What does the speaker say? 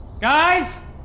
Guys